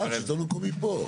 אה השלטון המקומי פה.